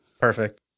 Perfect